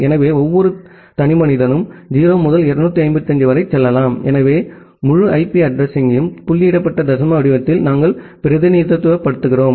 எனவே ஒவ்வொரு தனிமனிதனும் 0 முதல் 255 வரை செல்லலாம் எனவே முழு ஐபி அட்ரஸிங்யையும் புள்ளியிடப்பட்ட தசம வடிவத்தில் நாம் பிரதிநிதித்துவப்படுத்துகிறோம்